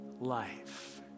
life